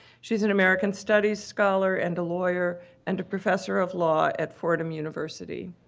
she is an american studies scholar and a lawyer and a professor of law at fordham university.